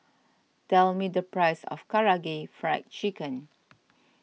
tell me the price of Karaage Fried Chicken